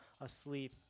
asleep